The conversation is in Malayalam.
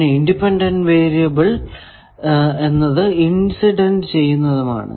പിന്നെ ഇൻഡിപെൻഡന്റ് വേരിയബിൾ എന്നത് ഇൻസിഡന്റ് ചെയ്യുന്നതുമാണ്